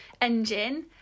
engine